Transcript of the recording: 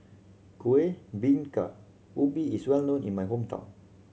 Kueh Bingka Ubi is well known in my hometown